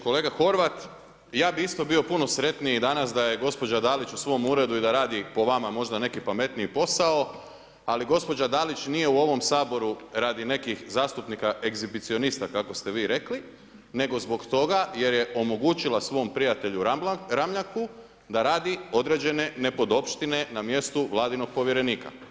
Kolega Horvat, ja bi isto bio puno sretniji danas da je gospođa Dalić u svom uredu i da radi po vama možda neki pametniji posao, ali gospođa Dalić nije u ovom Saboru radi nekih zastupnika egzibicionista kako ste vi rekli, nego zbog toga jer je omogućila svom prijatelju Ramljaku da radi određene nepodopštine na mjestu Vladinog povjerenika.